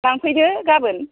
लांफैदो गाबोन